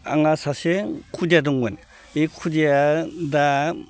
आंहा सासे खुदिया दंमोन बे खुदियाया दा